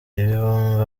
ibihumbi